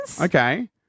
Okay